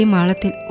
Malatil